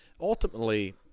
ultimately